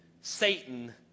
Satan